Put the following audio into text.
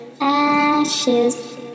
ashes